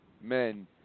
men